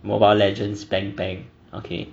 mobile legends bang bang okay